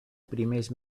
primers